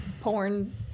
porn